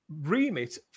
remit